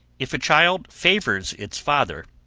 if a child favors its father,